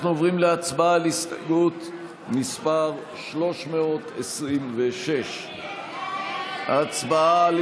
אנחנו עוברים להצבעה על הסתייגות מס' 326. הצבעה על